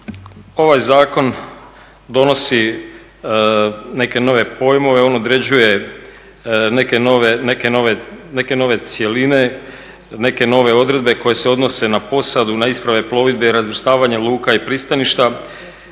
ovaj zakon donosi neke nove pojmove, on određuje neke nove cjeline, neke nove odredbe koje se odnose na posadu, na isprave plovidbe i razvrstavanje luka i pristaništa